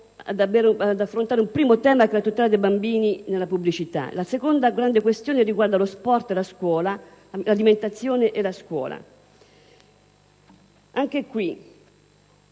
ad affrontare un prima tema che è la tutela dei bambini nella pubblicità. La seconda grande questione riguarda lo sport nella scuola, l'alimentazione e la scuola. Anche in